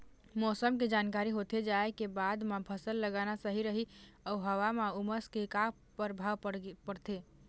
मौसम के जानकारी होथे जाए के बाद मा फसल लगाना सही रही अऊ हवा मा उमस के का परभाव पड़थे?